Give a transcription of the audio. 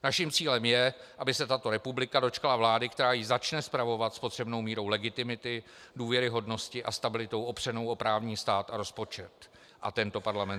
Naším cílem je, aby se tato republika dočkala vlády, která ji začne spravovat s potřebnou mírou legitimity, důvěryhodnosti a stabilitou opřenou o právní stát a rozpočet a samozřejmě tento parlament.